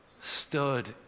stood